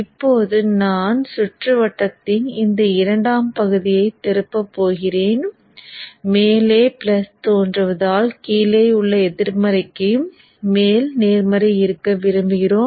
இப்போது நான் சுற்றுவட்டத்தின் இந்த இரண்டாம் பகுதியை திருப்ப போகிறேன் மேலே பிளஸ் தோன்றுவதால் கீழே உள்ள எதிர்மறைக்கு மேல் நேர்மறை இருக்க விரும்புகிறோம்